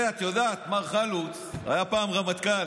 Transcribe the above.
זה, את יודעת, מר חלוץ, היה פעם רמטכ"ל.